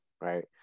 right